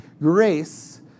grace